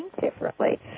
differently